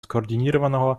скоординированного